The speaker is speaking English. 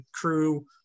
crew